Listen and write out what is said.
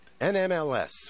NMLS